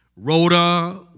Rhoda